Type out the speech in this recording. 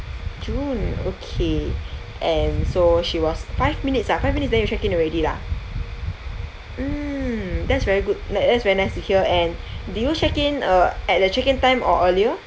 june okay and so she was five minutes ah five minutes then you check-in already lah mm that's very good tha~ that's very nice to hear and did you check-in uh at the check-in time or earlier